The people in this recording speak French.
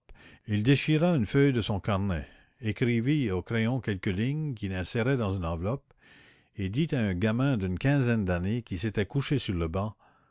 il déchira une feuille de son carnet écrivit au crayon quelques lignes qu'il inséra dans une enveloppe et dit à un gamin d'une quinzaine d'années qui s'était couché sur le banc